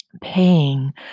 Paying